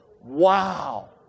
wow